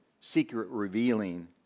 secret-revealing